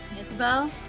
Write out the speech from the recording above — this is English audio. Isabel